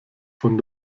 von